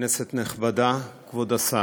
כנסת נכבדה, כבוד השר,